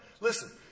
Listen